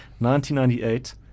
1998